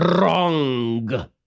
wrong